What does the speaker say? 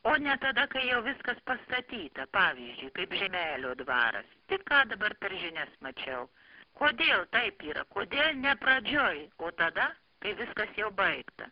o ne tada kai jau viskas pastatyta pavyzdžiui kaip žemelio dvaras tik ką dabar per žinias mačiau kodėl taip yra kodėl ne pradžioj o tada kai viskas jau baigta